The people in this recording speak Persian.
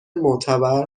معتبر